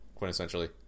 quintessentially